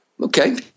okay